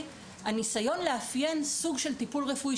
הניסיון לאפיין סוג של טיפול רפואי,